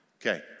Okay